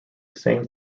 same